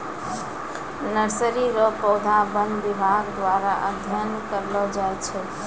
nursery रो पौधा वन विभाग द्वारा अध्ययन करलो जाय छै